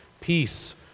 peace